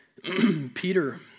Peter